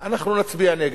אנחנו נצביע נגד,